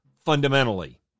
fundamentally